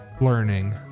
learning